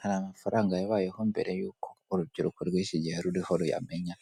Hari amafaranga yabayeho mbere yuko urubyiruko rw'iki gihe ruriho ruyamenya,